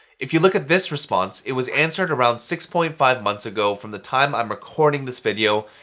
if you look at this response, it was answered around six point five months ago from the time i'm recording this video,